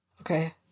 Okay